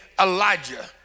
Elijah